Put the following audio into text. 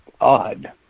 odd